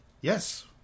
Yes